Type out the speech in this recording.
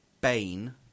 Bane